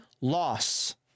loss